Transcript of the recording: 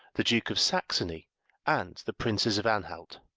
the duke of saxony and the princes of anhalt.